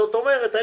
זאת אומרת,